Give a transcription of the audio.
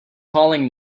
calling